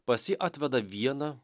pas jį atveda vieną